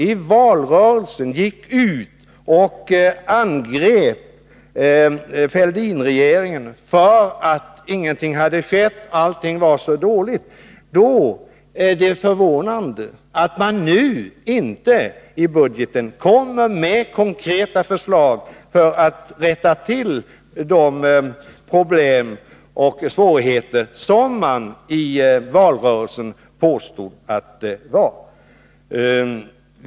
I valrörelsen gick socialdemokraterna ut och angrep Fälldinregeringen för att ingenting hade skett och allting var så dåligt. Då är det förvånande att man nu inte i budgeten kommer med konkreta förslag för att rätta till de problem som man i valrörelsen påstod fanns.